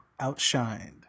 Outshined